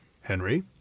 Henry